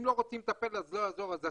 אם לא רוצים לטפל, את צודקת.